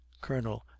Colonel